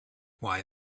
why